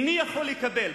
איני יכול לקבל,